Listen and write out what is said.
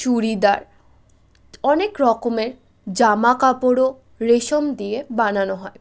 চুড়িদার অনেক রকমের জামা কাপড়ও রেশম দিয়ে বানানো হয়